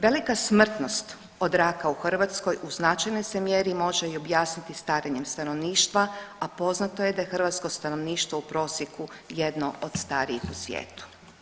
Velika smrtnost od raka u Hrvatskoj u značajnoj se mjeri može objasniti i starenjem stanovništva, a poznato je da je hrvatsko stanovništvo u prosjeku jedno od starijih u svijetu.